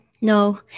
No